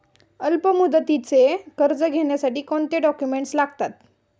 अल्पमुदतीचे कर्ज घेण्यासाठी कोणते डॉक्युमेंट्स लागतात?